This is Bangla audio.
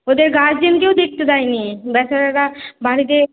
ওদের গার্জেনকেও দেখতে দেয় নি বেচারারা বাড়িতে